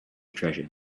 treasure